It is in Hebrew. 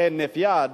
בהינף יד,